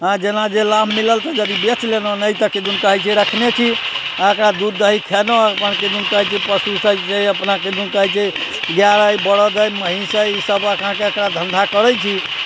जेना जे लाभ मिलल तऽ यदि बेच लेलहुँ नहि तऽ किदुन कहै छै रखने छी एकरा दूध दही खेलहुँ अपन किदुन कहै छै जे पशुसँ जे अपना किदुन कहै छै गाय अइ बरद अइ महीँस अइ ई सभक अहाँके एकरा धन्धा करै छी